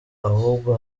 ahubwo